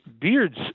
Beard's